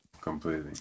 completely